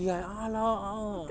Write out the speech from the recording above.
ya allah ah